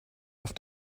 auf